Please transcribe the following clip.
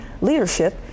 leadership